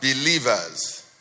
believers